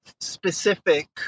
specific